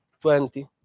twenty